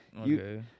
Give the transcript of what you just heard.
Okay